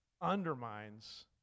undermines